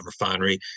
refinery